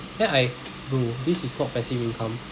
then I bro this is not passive income